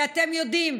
כי אתם יודעים,